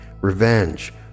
revenge